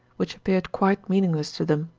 which appeared quite meaningless to them.